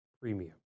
premium